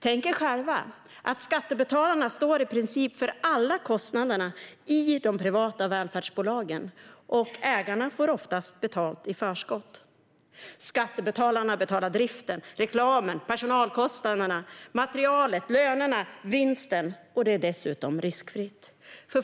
Tänk er själva att skattebetalarna står för i princip alla kostnader i de privata välfärdsbolagen, och ägarna får oftast betalt i förskott. Skattebetalarna står för driften, reklamen, personalkostnaderna, materialet, lönerna och vinsten, och det är dessutom riskfritt.